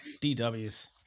DW's